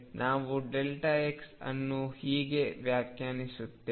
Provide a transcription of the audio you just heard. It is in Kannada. ನಾವು x ಅನ್ನು ಹೀಗೆ ವ್ಯಾಖ್ಯಾನಿಸುತ್ತೇವೆ